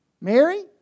Mary